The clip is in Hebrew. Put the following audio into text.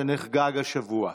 שנחגג השבוע.